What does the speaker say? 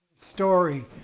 story